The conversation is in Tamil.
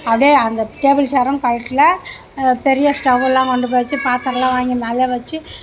அப்படியே அந்த டேபுள் சேரும் கழட்டில் பெரிய ஸ்டவ்வெலாம் கொண்டு போய் வச்சு பாத்திரம்லாம் வாங்கி மேலே வச்சு